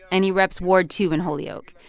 and he reps ward two in holyoke.